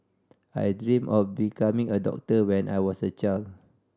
I dreamt of becoming a doctor when I was a child